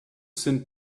sind